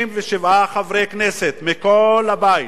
57 חברי כנסת מכל הבית,